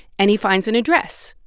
and he finds an address.